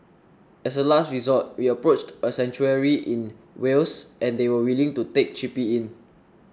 as a last resort we approached a sanctuary in Wales and they were willing to take Chippy in